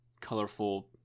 colorful